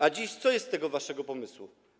A dziś co jest z tego waszego pomysłu?